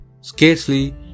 scarcely